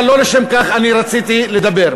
אבל לא על כך רציתי לדבר.